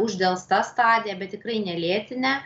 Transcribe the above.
uždelsta stadija bet tikrai ne lėtinė